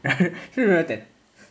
do you remember that